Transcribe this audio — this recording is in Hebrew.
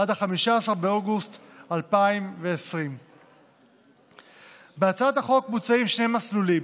עד 15 באוגוסט 2020. בהצעת החוק מוצעים שני מסלולים.